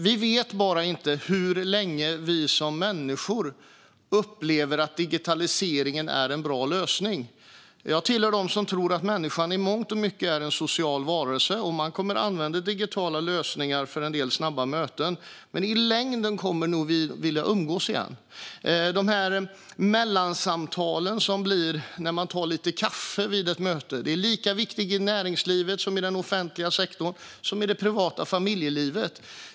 Vi vet bara inte hur länge vi som människor upplever att digitaliseringen är en bra lösning. Jag hör till dem som tror att människan i mångt och mycket är en social varelse. Man kommer att använda digitala lösningar för en del snabba möten. Men i längden kommer vi nog att vilja umgås igen. De mellansamtal som blir när man tar lite kaffe vid ett möte är lika viktiga i näringslivet och den offentliga sektorn som i det privata familjelivet.